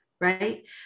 right